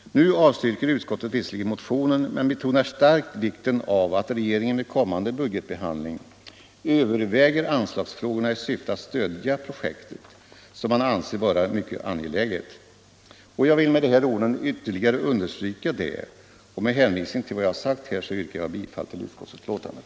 Nu avstyrker utskottet visserligen motionen men betonar starkt vikten av att regeringen vid kommande budgetbehandling överväger anslagsfrågorna i syfte att stödja projektet, som man anser vara mycket angeläget. Jag vill med dessa ord ytterligare understryka detta. Med hänvisning till det anförda yrkar jag bifall till utskottets hemställan.